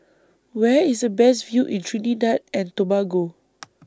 Where IS The Best View in Trinidad and Tobago